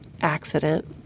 accident